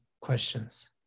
questions